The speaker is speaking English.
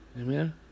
Amen